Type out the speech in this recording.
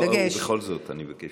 לא, אבל בכל זאת אני מבקש.